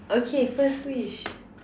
okay first wish